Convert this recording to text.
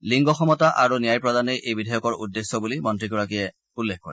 লিংগ সমতা আৰু ন্যায় প্ৰদানেই এই বিধেয়কৰ উদ্দেশ্য বুলি মন্ত্ৰীগৰাকীয়ে উল্লেখ কৰে